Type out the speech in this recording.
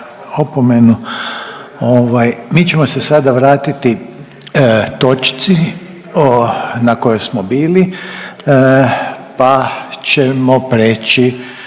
mi ćemo se sada vratiti točci o, na kojoj smo bili pa ćemo preći,